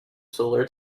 solar